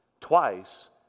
twice